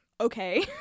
okay